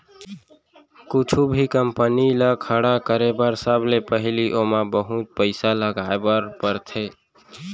कुछु भी कंपनी ल खड़ा करे बर सबले पहिली ओमा बहुत पइसा लगाए बर परथे